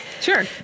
Sure